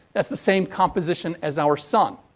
that's the same composition as our sun.